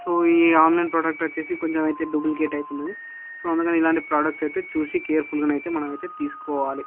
so ఈ online product వచ్చేసి కొంచెం అయితే డూప్లికేట్ అయితే ఉన్నది సో అందుకని ఇలాంటి ప్రోడక్ట్స్ అయితే చూసి కేర్ఫుల్గానైతే మనమైతే తీసుకోవాలి